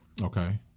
okay